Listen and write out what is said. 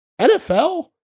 NFL